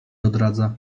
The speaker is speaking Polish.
odradza